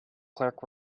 clerk